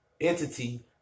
entity